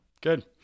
Good